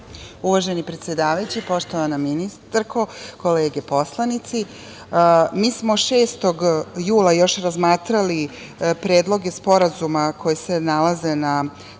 Uvaženi predsedavajući, poštovana ministarko, kolege poslanici, mi smo još 6. jula razmatrali predloge sporazuma koji se nalaze na